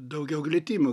daugiau glitimo